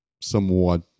somewhat